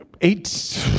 eight